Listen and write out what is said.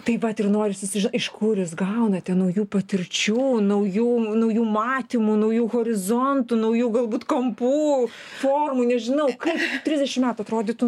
taip vat ir norisi iš kur jūs gaunate naujų patirčių naujų naujų matymų naujų horizontų naujų galbūt kampų formų nežinau kaip trisdešim metų atrodytų